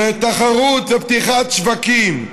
לתחרות ופתיחת שווקים,